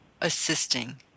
assisting